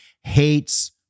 hates